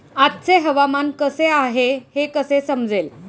आजचे हवामान कसे आहे हे कसे समजेल?